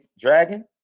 Dragon